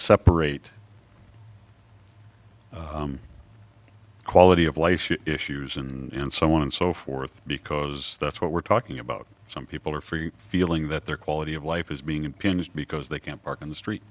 separate quality of life issues and so on and so forth because that's what we're talking about some people are free feeling that their quality of life is being impinged because they can't park in the street